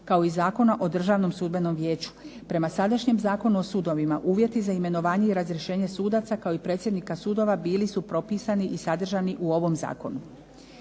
kao i Zakona o Državnom sudbenom vijeću. Prema sadašnjem Zakonu o sudovima uvjeti za imenovanje i razrješenje sudaca kao i predsjednika sudova bili su propisani i sadržani u ovom zakonu.